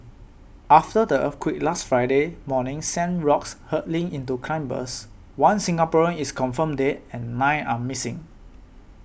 after the earthquake last Friday morning sent rocks hurtling into climbers one Singaporean is confirmed dead and nine are missing